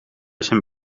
zijn